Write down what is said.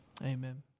amen